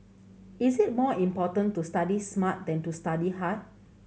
it is more important to study smart than to study hard